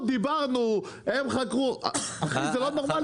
בטעות דיברנו, הם חקרו, אחי זה לא נורמלי.